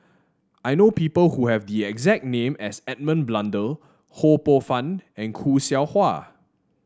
I know people who have the exact name as Edmund Blundell Ho Poh Fun and Khoo Seow Hwa